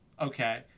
Okay